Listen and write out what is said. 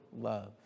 love